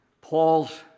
Paul's